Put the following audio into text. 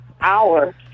hour